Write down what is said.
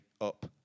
up